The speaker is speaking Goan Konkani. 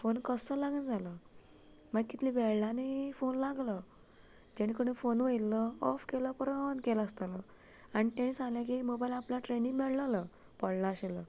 फोन कस्सो लागना जालो मागीर कितल्या वेळ्ळांनी फोन लागलो ताणे कोणी फोन वयल्लो फ केलो परत ऑन केलो आसतलो आनी ताणी सांगलें की मोबायल आपणा ट्रेनी मेळ्ळेलो पोळ्ळो आशिल्लो